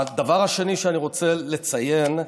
הדבר השני שאני רוצה לציין,